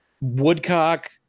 Woodcock